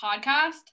podcast